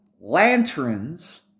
lanterns